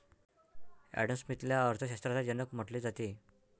Adam स्मिथला अर्थ शास्त्राचा जनक म्हटले जाते